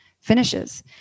finishes